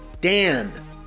Dan